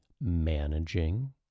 managing